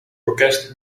orkest